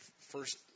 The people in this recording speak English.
first